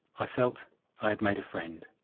i felt i had made a friend.